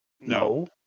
No